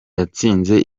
yatsinze